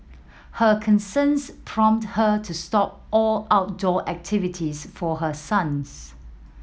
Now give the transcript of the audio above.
her concerns prompted her to stop all outdoor activities for her sons